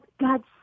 God